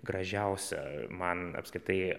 gražiausia man apskritai